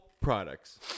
products